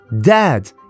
Dad